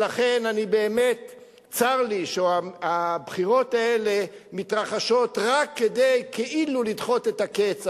לכן צר לי שהבחירות האלה מתרחשות רק כדי כאילו לדחות את הקץ,